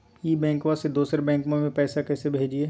ई बैंकबा से दोसर बैंकबा में पैसा कैसे भेजिए?